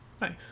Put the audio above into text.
Nice